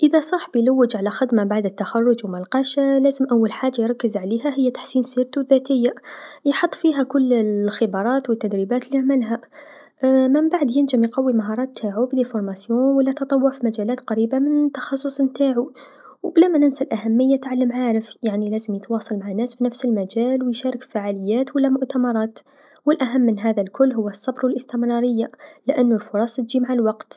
إذا صاحبي لوج على خدمه بعد التخرج و ملقاش، لازم أول حاجه يركز عليها هي تحسين سيرتو الذاتيه، يحط فيها كل الخبرات و التدريبات لعملها منبعد ينجم يقوي المهارات تاعو بالتكوينات و لا تطوع في المجالات القريبه من التخصص نتاعو و بلا ما ننسى أهمية نتع المعارف، يعني لازم يتواصل مع ناس في نفس المجال و يشارك في فعاليات و لا مؤتمرات و الأهم من هذا الكل هو الصبر و الإستمراريه لأنو الفرص تجي مع الوقت.